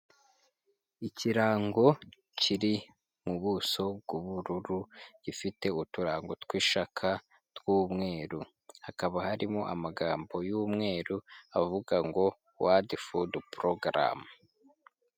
Ikirango kiri mu buso bw'ubururu gifite uturango tw'ishakaa tw'umweru, hakaba harimo amagambo y'umweru avuga ngo wadi fudu porogaramu.